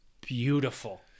beautiful